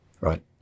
Right